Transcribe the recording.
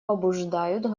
побуждают